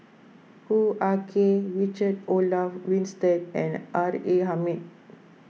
Hoo Ah Kay Richard Olaf Winstedt and R A Hamid